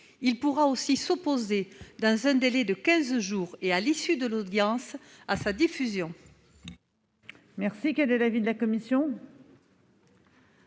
Il pourrait aussi s'opposer, dans un délai de quinze jours et à l'issue de l'audience, à sa diffusion.